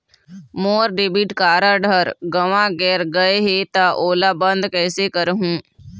मोर debit card हर गंवा गैर गए हे त ओला बंद कइसे करहूं?